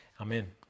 Amen